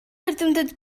эрдэмтэд